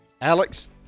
Alex